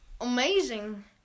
Amazing